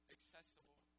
Accessible